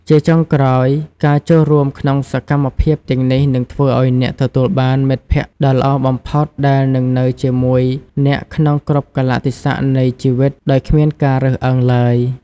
ជាចុងក្រោយ ការចូលរួមក្នុងសកម្មភាពទាំងនេះនឹងធ្វើឱ្យអ្នកទទួលបានមិត្តភក្តិដ៏ល្អបំផុតដែលនឹងនៅជាមួយអ្នកក្នុងគ្រប់កាលៈទេសៈនៃជីវិតដោយគ្មានការរើសអើងឡើយ។